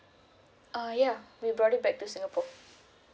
ah yeah we brought it back to singapore